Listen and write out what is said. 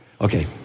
Okay